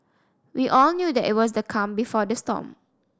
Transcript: we all knew that it was the calm before the storm